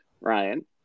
Ryan